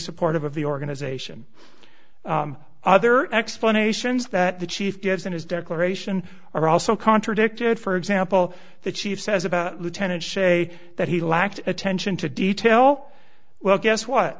supportive of the organization other explanations that the chief gives in his declaration are also contradicted for example the chief says about lieutenant shea that he lacked attention to detail well guess what